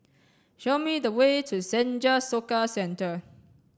show me the way to Senja Soka Centre